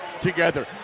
together